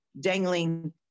dangling